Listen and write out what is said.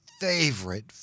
favorite